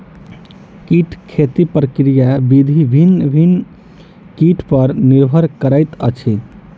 कीट खेती के प्रक्रिया विधि भिन्न भिन्न कीट पर निर्भर करैत छै